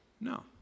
No